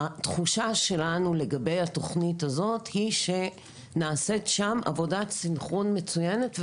התחושה שלנו לגבי התוכנית הזאת היא שנעשית שם עבודת סנכרון מצוינת,